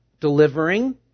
delivering